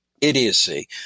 idiocy